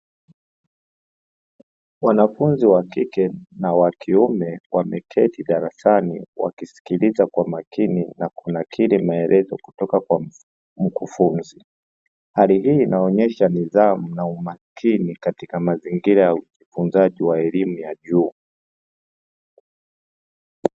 Wanafunzi wa kike na wa kiume wameketi darasani wakisikiliza kwa makini na kunakili maelezo kutoka kwa mkufunzi, hali hii inaonyesha bidhaa na umakini katika mazingira ya ufunzaji wa elimu ya juu.